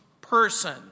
person